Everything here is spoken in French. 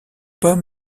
pas